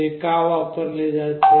ते का वापरले जाते